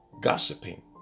Gossiping